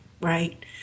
right